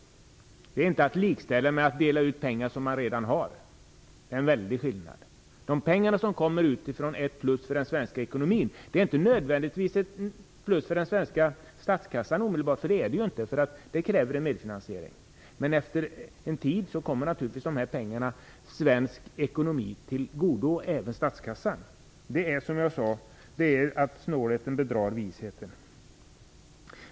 Det är inte att likställa med att dela ut pengar som man redan har. Det är en väldig skillnad. De pengar som kommer utifrån är ett plus för den svenska ekonomin. Det är inte nödvändigtvis omedelbart ett plus för den svenska statskassan. Det är det inte, eftersom det kräver en medfinansiering. Men efter en tid kommer naturligtvis pengarna svensk ekonomi och även statskassan till godo. Det handlar här om, som jag tidigare sade, att snålheten bedrar visheten.